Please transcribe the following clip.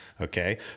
Okay